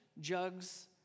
jugs